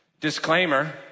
Disclaimer